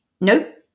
Nope